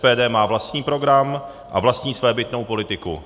SPD má vlastní program a vlastní svébytnou politiku.